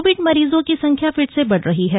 Covid मरीजों की संख्या फिर से बढ़ रही है